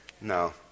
No